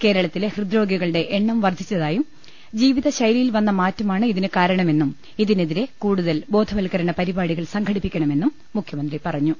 കേരളത്തിലെ ഹൃദ്രോഗികളുടെ എണ്ണം വർദ്ധിച്ചതായും ജീവിതശൈലിയിൽ വന്ന മാറ്റമാണ് ഇതിന് കാരണമെന്നും ഇതിനെതിരെ കൂടുതൽ ബോധവൽക്കരണ പരിപാടികൾ സംഘടിപ്പിക്ക ണമെന്നും മുഖ്യമന്ത്രി പറഞ്ഞു